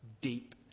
deep